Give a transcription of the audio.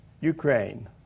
Ukraine